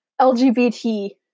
LGBT